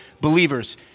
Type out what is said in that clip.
believers